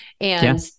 And-